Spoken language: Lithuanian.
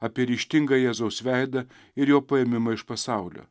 apie ryžtingą jėzaus veidą ir jo paėmimą iš pasaulio